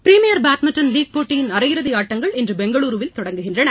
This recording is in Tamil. பிரிமியர் பேட்மிண்டன் லீக் போட்டியின் அரையிறுதி ஆட்டங்கள் இன்று பெங்களுருவில் தொடங்குகின்றன